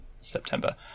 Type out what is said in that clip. September